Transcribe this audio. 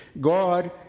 God